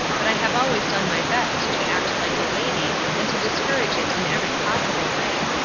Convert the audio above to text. but i have always done my best to act like a lady and to discourage it in every possible way.